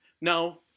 No